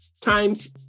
times